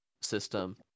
system